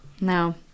No